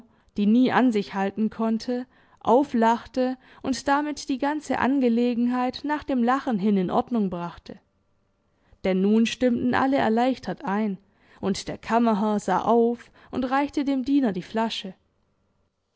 die nie an sich halten konnte auflachte und damit die ganze angelegenheit nach dem lachen hin in ordnung brachte denn nun stimmten alle erleichtert ein und der kammerherr sah auf und reichte dem diener die flasche